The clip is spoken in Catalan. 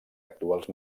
actuals